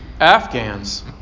Afghans